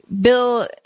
Bill